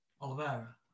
Oliveira